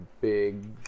big